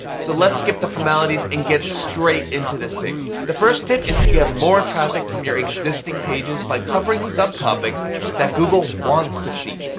so let's skip the formalities and get straight into this thing. the first tip is to get more traffic from your existing pages by covering subtopics that google wants to see.